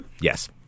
Yes